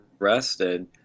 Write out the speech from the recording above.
arrested